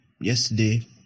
Yesterday